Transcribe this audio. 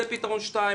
זה פתרון שני.